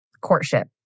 courtship